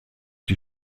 die